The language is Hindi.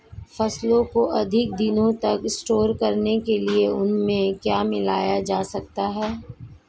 फसलों को अधिक दिनों तक स्टोर करने के लिए उनमें क्या मिलाया जा सकता है?